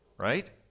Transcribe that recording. Right